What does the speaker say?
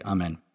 Amen